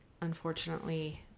unfortunately